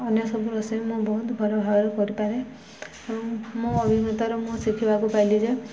ଅନ୍ୟ ସବୁ ରୋଷେଇ ମୁଁ ବହୁତ ଭଲ ଭାବରେ କରିପାରେ ଏବଂ ମୋ ଅଭିଜ୍ଞତାର ମୁଁ ଶିଖିବାକୁ ପାଇଲି ଯେ